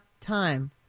time